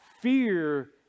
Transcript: fear